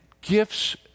gifts